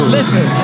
Listen